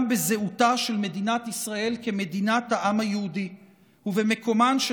בזהותה של מדינת ישראל כמדינת העם היהודי ובמקומן של